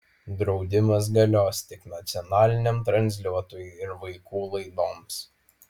draudimas galios tik nacionaliniam transliuotojui ir vaikų laidoms